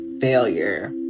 failure